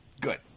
Good